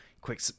Quick